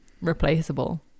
replaceable